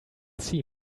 see